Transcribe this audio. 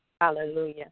Hallelujah